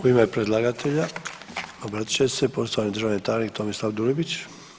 U ime predlagatelja obratit će se poštovani državni tajnik Tomislav Dulibić.